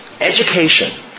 Education